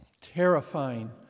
terrifying